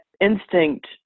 instinct